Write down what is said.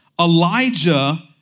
Elijah